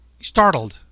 startled